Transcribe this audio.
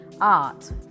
art